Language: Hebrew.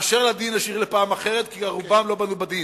אשר לדין נשאיר לפעם אחרת, כי רובם לא בנו בדין,